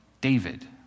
David